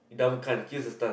down kind Q's a stun